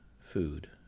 food